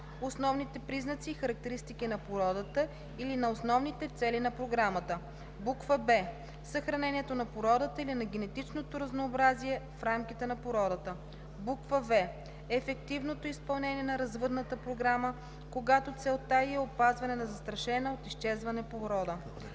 основните признаци и характеристики на породата или на основните цели на програмата; б) съхранението на породата или на генетичното разнообразие в рамките на породата; в) ефективното изпълнение на развъдната програма, когато целта й е опазване на застрашена от изчезване порода; 3.